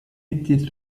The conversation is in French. était